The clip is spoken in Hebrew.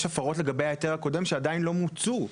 הפרות לגבי ההיתר הקודם שעניין לא מוצו.